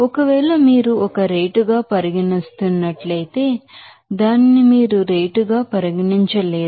ఒకవేళ మీరు ఒక రేటుగా పరిగణిస్తున్నట్లయితే దానిని మీరు రేటుగా పరిగణించలేరు